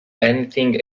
anything